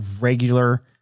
regular